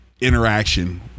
interaction